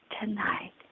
tonight